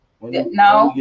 No